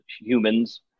humans